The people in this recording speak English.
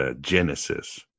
Genesis